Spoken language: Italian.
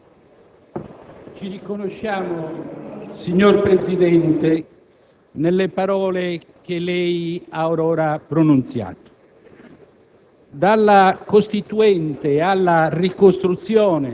Ci riconosciamo, signor Presidente, nelle parole che lei ha or ora pronunziato.